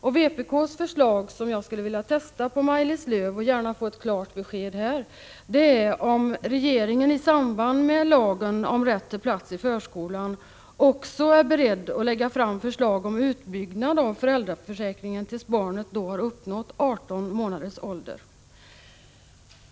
Jag skulle vilja testa Maj-Lis Lööw på vad hon säger om vpk:s förslag. Jag vill gärna få ett klart besked här om regeringen i samband med lagen om rätt till plats i förskolan också är beredd att lägga fram förslag om utbyggnad av föräldraförsäkringen för barn upp till 18 månaders ålder.